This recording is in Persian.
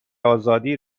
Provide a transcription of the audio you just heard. آزادی